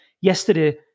Yesterday